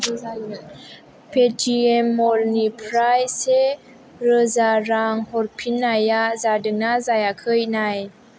Paytm मलनिफ्राय से रोजा रां हरफिन्नाया जादोंना जायाखै नाय